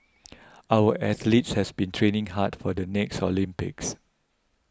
our athletes has been training hard for the next Olympics